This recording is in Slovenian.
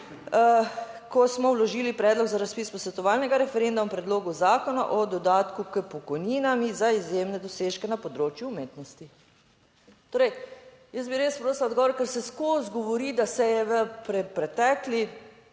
ko smo vložili predlog za razpis posvetovalnega referenduma o Predlogu zakona o dodatku k pokojninam za izjemne dosežke na področju umetnosti? Torej, jaz bi res prosila odgovor, ker se skozi govori, da se je v preteklih